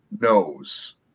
knows